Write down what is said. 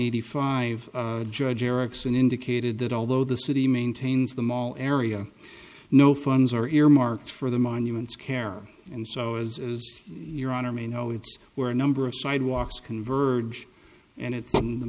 eighty five judge erickson indicated that although the city maintains the mall area no funds are earmarked for the monuments care and so as your honor may know it's where a number of sidewalks converge and it's the